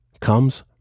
comes